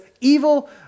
evil